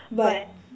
but